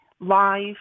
live